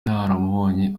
naramubonye